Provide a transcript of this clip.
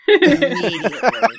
immediately